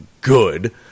good